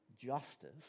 justice